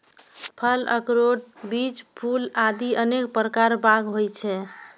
फल, अखरोट, बीज, फूल आदि अनेक प्रकार बाग होइ छै